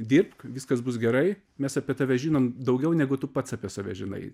dirbk viskas bus gerai mes apie tave žinom daugiau negu tu pats apie save žinai